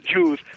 Jews